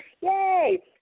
yay